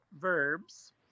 verbs